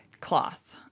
cloth